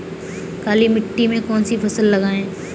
काली मिट्टी में कौन सी फसल लगाएँ?